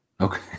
Okay